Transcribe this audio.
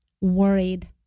worried